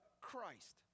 Christ